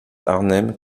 arnhem